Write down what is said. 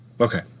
Okay